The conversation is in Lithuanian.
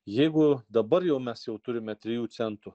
jeigu dabar jau mes jau turime trijų centų